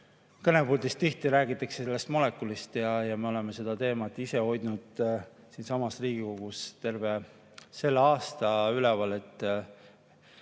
kõnepuldist tihti räägitakse sellest molekulist ja me oleme seda teemat ise hoidnud siinsamas Riigikogus terve selle aasta üleval, et